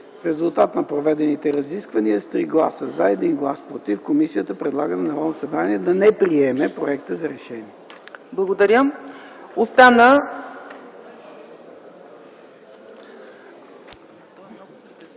резултат на проведените разисквания с 3 гласа „за” и 1 глас „против” комисията предлага на Народното събрание да не приеме проекта за решение.”